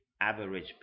average